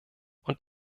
und